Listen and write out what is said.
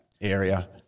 area